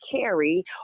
carry